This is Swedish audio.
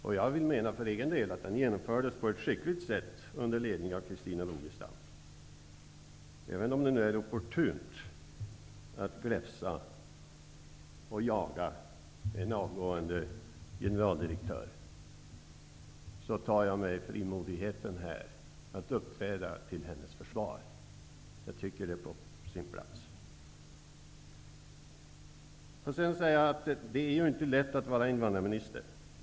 För egen del vill jag mena att den genomfördes på ett skickligt sätt, under ledning av Christina Rogestam. Även om det är opportunt att gläfsa på och jaga en avgående generaldirektör, tar jag mig friheten att uppträda till hennes försvar. Det är på sin plats. Det är ju inte lätt att vara invandrarminister.